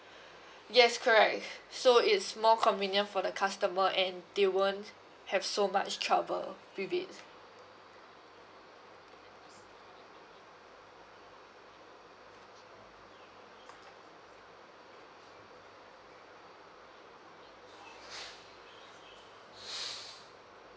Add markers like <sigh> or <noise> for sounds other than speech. yes correct so it's more convenient for the customer and they won't have so much trouble with it <breath>